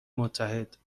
متحد